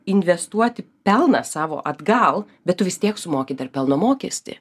investuoti pelną savo atgal bet tu vis tiek sumoki pelno mokestį